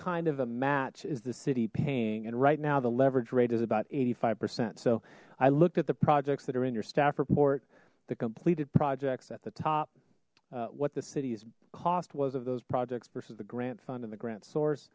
kind of a match is the city paying and right now the leverage rate is about eighty five percent so i looked at the projects that are in your staff report the completed projects at the top what the city's cost was of those projects versus the grant fund and the grant source